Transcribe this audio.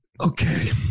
Okay